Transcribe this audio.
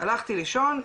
הלכתי לישון,